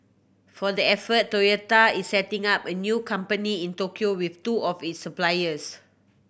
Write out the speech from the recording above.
for the effort Toyota is setting up a new company in Tokyo with two of its suppliers